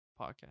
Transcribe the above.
podcast